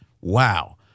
Wow